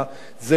זה לא נכון.